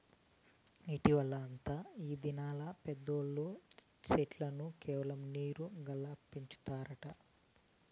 ఇంటివా తాతా, ఈ దినాల్ల పెద్దోల్లు చెట్లను కేవలం నీరు గాల్ల పెంచుతారట